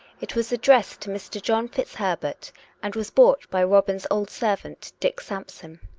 it was addressed to mr. john fitzherbert and was brought by robin's old servant, dick sampson,